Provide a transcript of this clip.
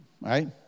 right